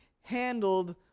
handled